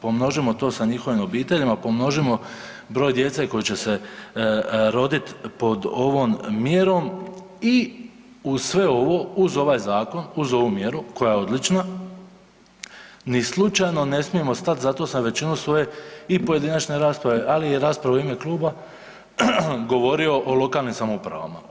Pomnožimo to sa njihovim obiteljima, pomnožimo broj djece koji će se roditi pod ovom mjerom i uz sve ovo, uz ovaj zakon, uz ovu mjeru koja je odlična ni slučajno ne smijemo stati, zato sam većinu svoje i pojedinačne rasprave, ali i rasprave u ime kluba, govorio o lokalnim samoupravama.